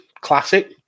classic